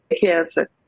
cancer